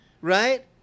right